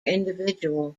individual